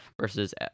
versus